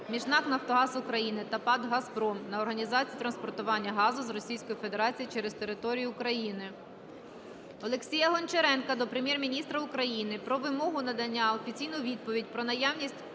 між НАК "Нафтогаз України" та ПАТ "Газпром", на організацію транспортування газу з Російської Федерації через територію України. Олексія Гончаренка до Прем'єр-міністра України про вимогу надати офіційну відповідь про наявність